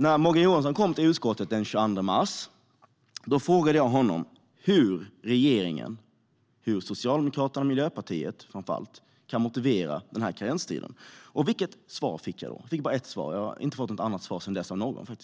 När Morgan Johansson kom till utskottet den 22 mars frågade jag honom hur regeringspartierna Socialdemokraterna och Miljöpartiet motiverade karenstiden. Jag fick ett svar, och jag har inte fått något annat sedan dess. Morgan Johansson